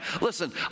listen